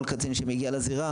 כל קצין שמגיע לזירה,